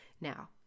Now